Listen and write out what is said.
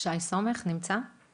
אני